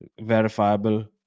verifiable